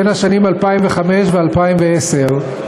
בין השנים 2005 ו-2010,